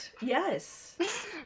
Yes